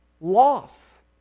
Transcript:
loss